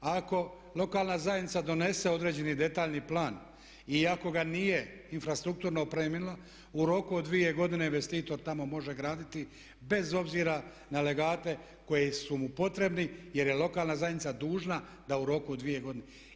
A ako lokalna zajednica donese određeni detaljni plan i ako ga nije infrastrukturno opremila u roku od dvije godine investitor tamo može graditi bez obzira na legate koji su mu potrebni jer je lokalna zajednica dužna da u roku od dvije godine.